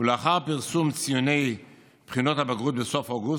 ולאחר פרסום ציוני בחינות הבגרות בסוף אוגוסט,